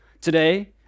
Today